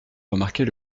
remarquer